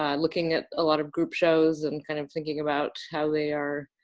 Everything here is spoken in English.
um looking at a lot of group shows and kind of thinking about how they are